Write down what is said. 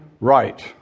right